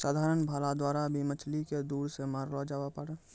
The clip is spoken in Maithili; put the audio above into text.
साधारण भाला द्वारा भी मछली के दूर से मारलो जावै पारै